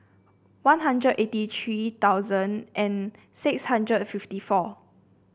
One Hundred eighty three thousand and six hundred and fifty four